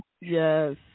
Yes